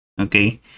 okay